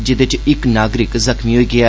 जेहदे च इक नागरिक जख्मी होई गेआ